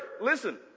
listen